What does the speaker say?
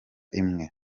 imwe